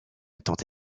étaient